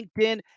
LinkedIn